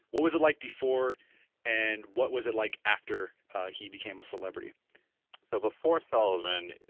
what was it like before and what was it like after he became a celebrity so, before sullivan,